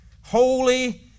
Holy